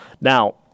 Now